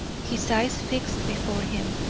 his eyes fixed before him,